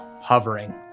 hovering